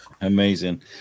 Amazing